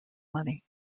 money